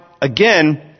again